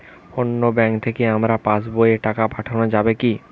অন্য ব্যাঙ্ক থেকে আমার পাশবইয়ে টাকা পাঠানো যাবে কি?